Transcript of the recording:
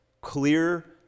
Clear